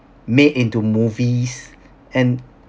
made into movies and